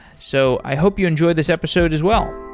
so i hope you enjoyed this episode as well